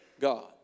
God